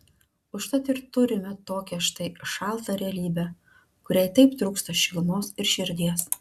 užtat ir turime tokią štai šaltą realybę kuriai taip trūksta šilumos ir širdies